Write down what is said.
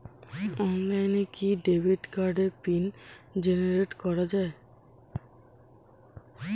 অনলাইনে কি ডেবিট কার্ডের পিন জেনারেট করা যায়?